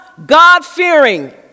God-fearing